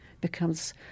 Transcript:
becomes